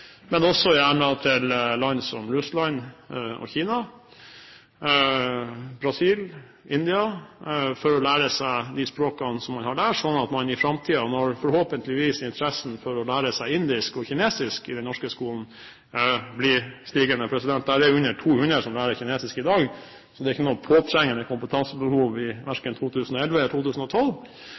men gjerne til land som Russland, Kina, Brasil og India for å lære språkene man har der, når forhåpentligvis interessen for å lære seg indisk og kinesisk i den norske skolen i framtiden blir stigende. Det er under 200 som lærer kinesisk i dag. Det er ikke et påtrengende kompetansebehov i verken 2011 eller 2012.